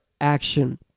action